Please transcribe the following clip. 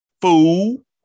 Fool